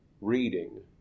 reading